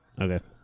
Okay